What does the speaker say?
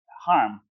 harm